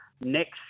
next